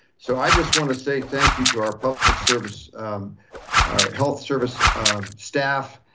so i just want to say thank you to our public service our health service staff.